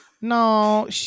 No